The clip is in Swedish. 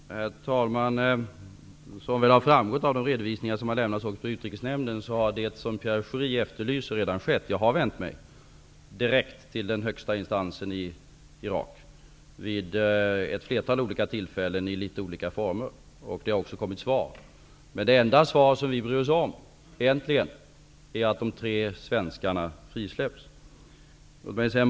Herr talman! Som väl har framgått av de redovisningar som har lämnats också i Utrikesnämnden har det som Pierre Schori efterlyser redan skett. Jag har vid ett flertal olika tillfällen, i litet olika former, vänt mig direkt till den högsta instansen i Irak. Det har också kommit svar. Men det enda svar som vi egentligen bryr oss om är att de tre svenskarna frisläpps.